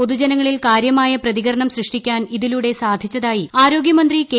പൊതുജനങ്ങളിൽ കാര്യമായ പ്രതികരണം സൃഷ്ടിക്കാൻ ഇതിലൂടെ സാധിച്ചതായി ആരോഗൃ മന്ത്രി കെ